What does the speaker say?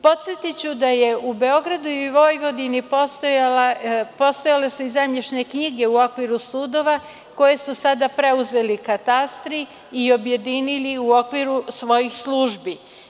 Podsetiću da su u Beogradu i Vojvodini postojale zemljišne knjige u okviru sudova koje su sada preuzeli katastri i objedinili u okviru svojih službi.